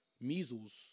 measles